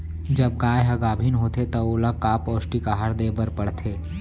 जब गाय ह गाभिन होथे त ओला का पौष्टिक आहार दे बर पढ़थे?